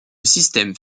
système